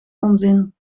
onzin